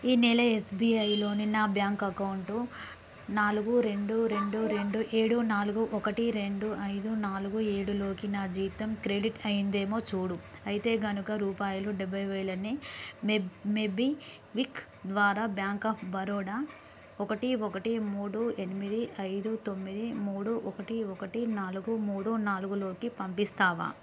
ఈ నెల ఎస్బీఐలోని నా బ్యాంక్ అకౌంటు నాలుగు రెండు రెండు రెండు ఏడు నాలుగు ఒకటి రెండు ఐదు నాలుగు ఏడులోకి నా జీతం క్రెడిట్ అయ్యింది ఏమో చూడు అయితే కనుక రూపాయలు డెబ్బై వేలని మే మోబిక్విక్ ద్వారా బ్యాంక్ ఆఫ్ బరోడా ఒకటి ఒకటి మూడు ఎనిమిది ఐదు తొమ్మిది మూడు ఒకటి ఒకటి నాలుగు మూడు నాలుగులోకి పంపిస్తావా